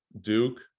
Duke